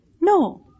No